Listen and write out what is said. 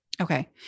Okay